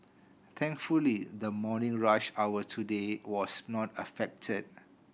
thankfully the morning rush hour today was not affected